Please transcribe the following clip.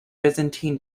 byzantine